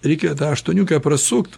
reikia tą aštuoniukę prasukt